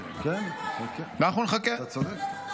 אתה צודק.